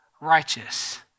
righteous